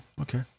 okay